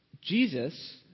Jesus